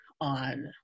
on